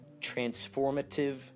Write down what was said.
Transformative